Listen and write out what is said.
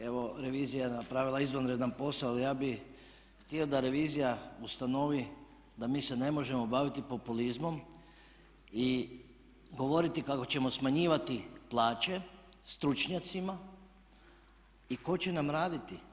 Evo revizija je napravila izvanredan posao, ali ja bi htio da revizija ustanovi da mi se ne možemo baviti populizmom i govoriti kako ćemo smanjivati plaće stručnjacima i tko će nam raditi?